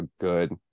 good